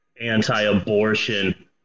anti-abortion